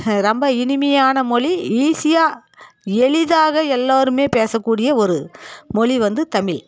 ரொம்ப இனிமையான மொழி ஈஸியாக எளிதாக எல்லோருமே பேச கூடிய ஒரு மொழி வந்து தமிழ்